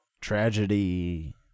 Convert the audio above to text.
tragedy